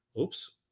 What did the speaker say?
Oops